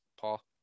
Paul